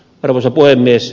arvoisa puhemies